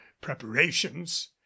preparations